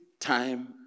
time